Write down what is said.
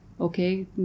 okay